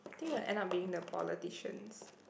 think we'll end up being the politicians